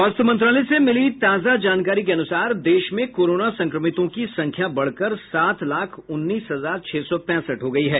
स्वास्थ्य मंत्रालय से मिली ताजा जानकारी के अनुसार देश में कोरोना संक्रमितों की संख्या बढ़कर सात लाख उन्नीस हजार छह सौ पैंसठ हो गई है